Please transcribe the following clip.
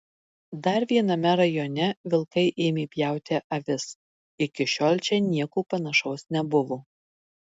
dar viename rajone vilkai ėmė pjauti avis iki šiol čia nieko panašaus nebuvo